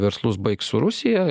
verslus baigs su rusija